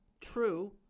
true